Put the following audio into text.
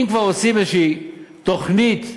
אם כבר עושים תוכנית כלשהי,